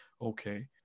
okay